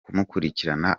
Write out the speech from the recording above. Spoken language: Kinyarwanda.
kumukurikirana